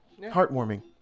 Heartwarming